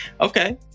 Okay